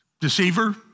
Deceiver